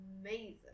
amazing